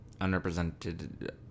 Unrepresented